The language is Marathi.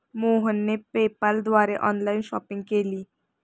मोहनने पेपाल द्वारे ऑनलाइन शॉपिंग केली